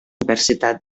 diversitat